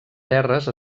terres